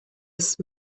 ist